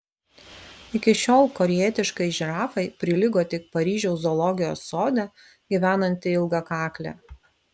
iki šiol korėjietiškai žirafai prilygo tik paryžiaus zoologijos sode gyvenanti ilgakaklė